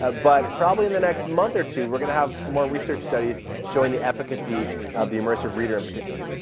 ah but probably in the next month or two, we are going to have so more research studies showing the efficacy of the immersive reader in particular.